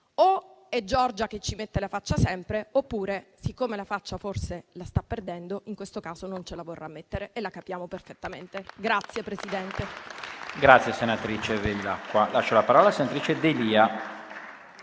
o è Giorgia che ci mette la faccia sempre, oppure, siccome la faccia forse la sta perdendo, in questo caso non ce la vorrà mettere e la capiamo perfettamente.